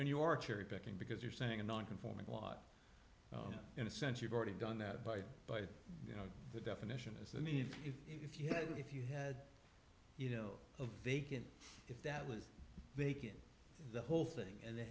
in your cherry picking because you're saying a non conforming lot in a sense you've already done that by but you know the definition is i mean if you had if you had you know a vacant if that was vacant the whole thing and